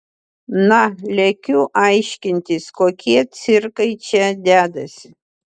na lekiu aiškintis kokie cirkai čia dedasi